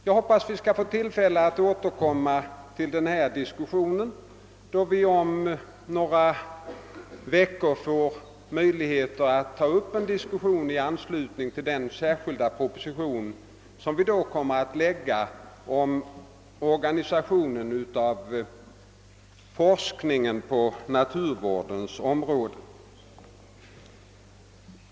Jag hoppas att vi skall få tillfälle att återkomma till denna diskussion när vi om några veckor får möjligheter att ta upp en debatt i anslutning till den särskilda proposition, som re geringen kommer att lägga fram om organisationen av forskningen på naturvårdens område.